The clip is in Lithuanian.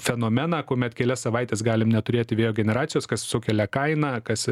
fenomeną kuomet kelias savaites galim neturėti vėjo generacijos kas sukelia kainą kas